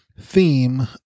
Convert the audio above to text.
theme